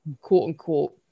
quote-unquote